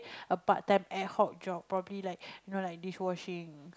a part time ad hoc job probably like you know like dishwashing